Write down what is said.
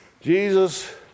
Jesus